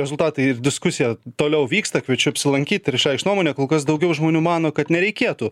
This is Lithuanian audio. rezultatai ir diskusija toliau vyksta kviečiu apsilankyt ir išreikšt nuomonę kol kas daugiau žmonių mano kad nereikėtų